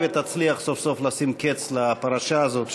שתצליח סוף-סוף לשים קץ לפרשה הזאת,